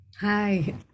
Hi